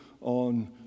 on